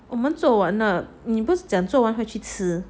我们做完了你不是讲做完才去吃